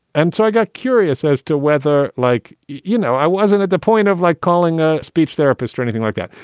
and so i got curious as to whether like, you know, i wasn't at the point of, like, calling a speech therapist or anything like that.